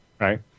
right